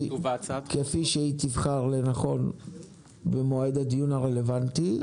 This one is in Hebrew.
כפי שתבחר לנכון במועד הדיון הרלוונטי.